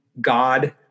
God